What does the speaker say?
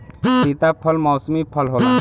सीताफल मौसमी फल होला